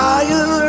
Higher